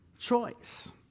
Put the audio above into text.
choice